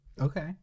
Okay